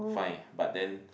fine but then